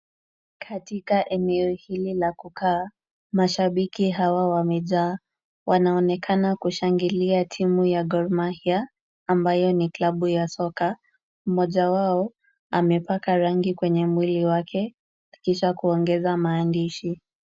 Katika eneo hili la kukaa, mashabiki hawa wameja. Wanaonekana kushangilia timu ya Gor mahia, ambayo ni klabu ya soka. Mmoja wao, amepaka rangi kwenye mwili wake, kisha kuongeza maandishi.